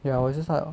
ya 我也是 start 了